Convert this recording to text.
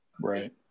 right